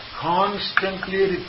constantly